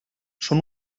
són